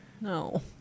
No